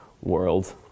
world